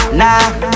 nah